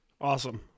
Awesome